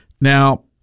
Now